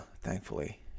thankfully